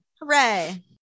Hooray